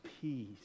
peace